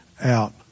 out